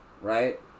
Right